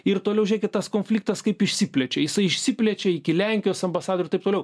ir toliau žiūrėkit tas konfliktas kaip išsiplečia jisai išsiplečia iki lenkijos ambasadų ir taip toliau